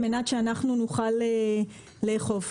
על מנת שנוכל לאכוף.